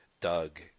Doug